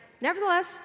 nevertheless